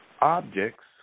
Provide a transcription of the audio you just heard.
objects